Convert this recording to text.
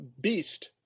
Beast